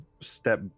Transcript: step